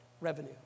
revenue